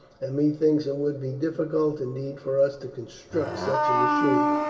and methinks it would be difficult indeed for us to construct such a machine,